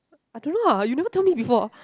I don't know ah you never tell me before